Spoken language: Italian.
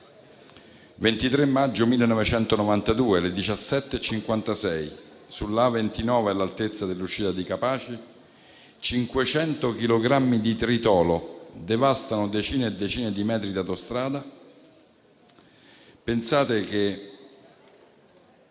23 maggio 1992, alle 17,56, sulla A29 all'altezza dell'uscita di Capaci, 500 chilogrammi di tritolo devastano decine e decine di metri di autostrada. Pensate che